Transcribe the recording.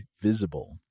Visible